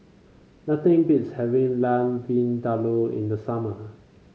nothing beats having Lamb Vindaloo in the summer